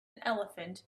elephant